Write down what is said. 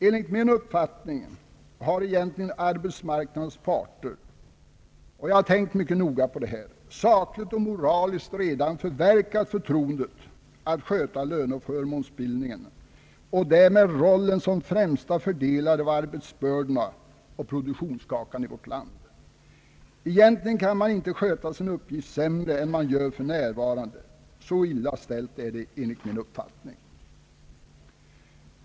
Enligt min uppfattning har egentligen arbetsmarknadens parter — och jag har tänkt mycket noga på detta — sakligt och moraliskt redan förverkat förtroendet att sköta löneoch förmånsbildningen och därmed rollen som främsta fördelare av arbetsbördorna och produktionskakan i vårt land. Egentligen kan man inte sköta sin uppgift sämre än man gör för närvarande, Så illa ställt är det enligt min uppfattning.